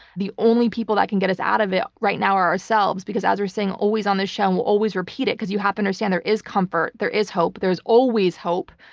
the only people that can get us out of it right now are ourselves, because as we're saying always on this show will always repeat it, because you have to understand, there is comfort. there is hope. there is always hope.